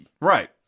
Right